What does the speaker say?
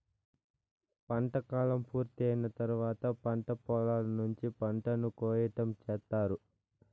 పంట కాలం పూర్తి అయిన తర్వాత పంట పొలాల నుంచి పంటను కోయటం చేత్తారు